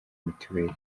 mitiweli